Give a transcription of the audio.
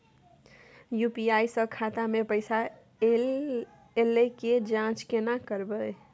UPI स खाता मे पैसा ऐल के जाँच केने करबै?